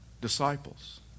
disciples